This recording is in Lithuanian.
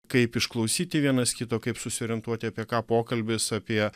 kaip išklausyti vienas kitą kaip susiorientuoti apie ką pokalbis apie